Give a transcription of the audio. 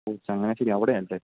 Changanassery അവിടെയാല്ലേ